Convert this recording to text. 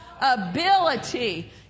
ability